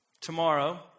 tomorrow